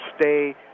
stay